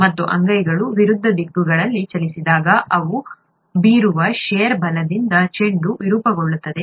ನಮ್ಮ ಅಂಗೈಗಳು ವಿರುದ್ಧ ದಿಕ್ಕುಗಳಲ್ಲಿ ಚಲಿಸಿದಾಗ ಅವು ಬೀರುವ ಷೇರ್ ಬಲದಿಂದ ಚೆಂಡು ವಿರೂಪಗೊಳ್ಳುತ್ತದೆ